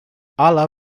ala